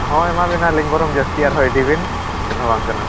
ᱦᱳᱭ ᱮᱢᱟ ᱵᱮᱱᱟᱞᱤᱧ ᱵᱚᱨᱚᱝ ᱡᱟᱹᱥᱛᱤ ᱟᱨᱦᱚᱸ ᱤᱫᱤ ᱵᱮᱱ ᱪᱮᱫ ᱦᱚᱸ ᱵᱟᱝ ᱠᱟᱱᱟ